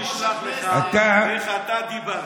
אני אשלח לך איך אתה דיברת.